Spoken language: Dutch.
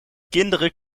kinderen